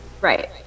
Right